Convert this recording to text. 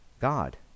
God